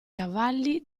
cavalli